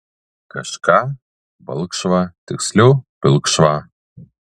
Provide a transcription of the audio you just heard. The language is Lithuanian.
kažką balkšvą tiksliau pilkšvą